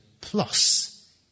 Plus